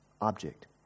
object